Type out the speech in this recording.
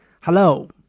Hello